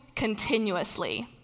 continuously